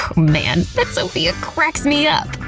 man, that sophia cracks me up.